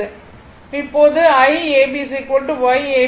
இப்போது Iab Yab Vfg